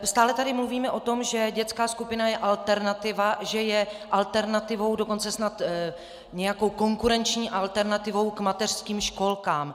Stále tady mluvíme o tom, že dětská skupina je alternativa, že je alternativou, dokonce snad nějakou konkurenční alternativou k mateřským školkám.